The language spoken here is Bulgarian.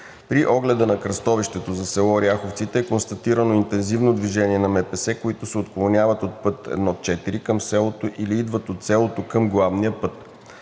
При огледа на кръстовището за село Ряховците е констатирано интензивно движение на МПС-та, които се отклоняват от път I-4 към селото или идват от селото към главния път.